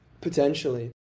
Potentially